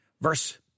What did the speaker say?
Verse